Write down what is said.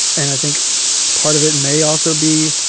and i think part of it may also be